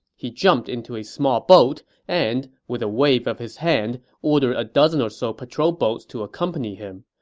he jumped into a small boat and, with a wave of his hand, ordered a dozen or so patrol boats to accompany him.